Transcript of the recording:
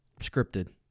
scripted